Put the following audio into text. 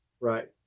Right